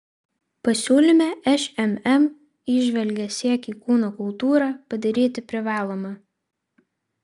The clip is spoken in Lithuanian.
pasiūlyme šmm įžvelgia siekį kūno kultūrą padaryti privaloma